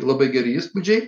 labai geri įspūdžiai